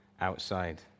outside